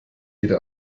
jede